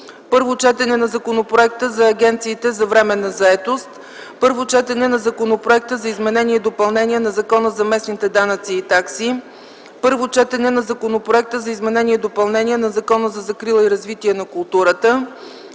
Първо четене на Законопроекта за агенциите за временна заетост. Първо четене на Законопроекта за изменение и допълнение на Закона за местните данъци и такси. Първо четене на Законопроекта за изменение и допълнение на Закона за закрила и развитие на културата.